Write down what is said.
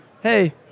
hey